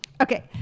Okay